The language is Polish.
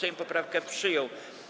Sejm poprawkę przyjął.